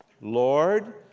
Lord